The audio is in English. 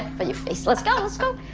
but you face, let's go, let's go.